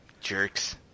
Jerks